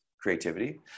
creativity